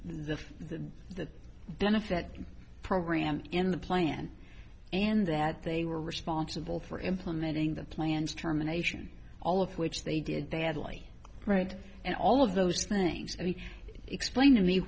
the the the benefit program in the plan and that they were responsible for implementing the plans terminations all of which they did they had like right and all of those things explain to me